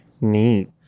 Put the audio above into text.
Neat